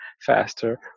faster